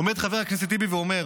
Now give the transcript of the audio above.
עומד חבר הכנסת טיבי ואומר: